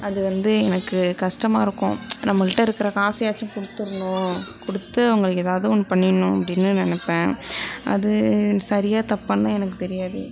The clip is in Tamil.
அது வந்து எனக்கு கஷ்டமாக இருக்கும் நம்மகிட்ட இருக்கிற காசயாச்சும் கொடுத்துடனும் கொடுத்து அவங்களுக்கு எதாவது ஒன்று பண்ணிடணும் அப்படினு நினப்பேன் அது சரியா தப்பான்லாம் எனக்கு தெரியாது